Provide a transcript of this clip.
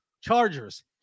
Chargers